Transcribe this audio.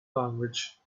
language